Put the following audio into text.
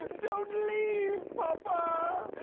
ah don't leave papa!